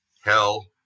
hell